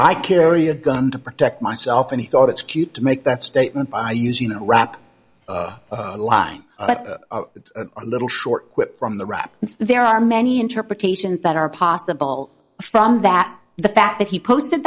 i carry a gun to protect myself and he thought it's cute to make that statement by using a rap line but it's a little short clip from the rap and there are many interpretations that are possible from that the fact that he posted